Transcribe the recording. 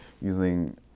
using